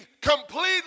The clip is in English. completely